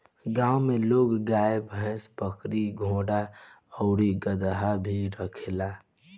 गांव में लोग गाय, भइस, बकरी, घोड़ा आउर गदहा भी रखेला